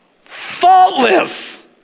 faultless